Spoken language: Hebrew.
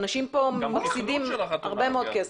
אנשים פה מפסידים הרבה מאוד כסף,